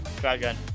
Shotgun